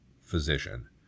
physician